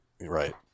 Right